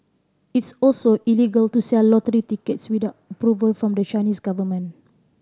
it's also illegal to sell lottery tickets without approval from the Chinese government